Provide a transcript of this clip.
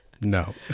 No